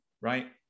right